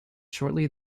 shortly